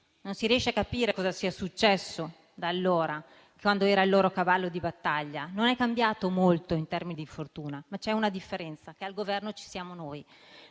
Non si riesce a capire cosa sia accaduto da allora, quando era il loro cavallo di battaglia. Non è cambiato molto in termini di fortuna. Ma c'è una differenza: al Governo ci siamo noi,